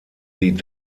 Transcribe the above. die